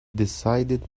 decided